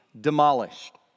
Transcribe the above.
demolished